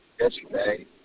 yesterday